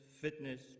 fitness